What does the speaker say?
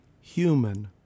human